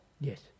Yes